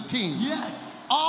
Yes